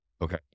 Okay